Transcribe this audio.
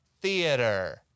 theater